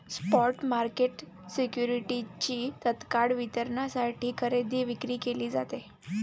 spot market सिक्युरिटीजची तत्काळ वितरणासाठी खरेदी विक्री केली जाते